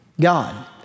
God